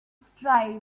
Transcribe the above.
strive